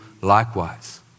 likewise